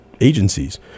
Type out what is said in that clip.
agencies